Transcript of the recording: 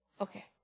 Okay